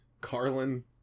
Carlin